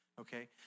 okay